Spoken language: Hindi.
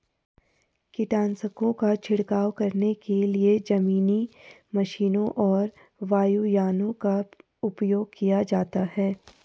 कीटनाशकों का छिड़काव करने के लिए जमीनी मशीनों और वायुयानों का उपयोग किया जाता है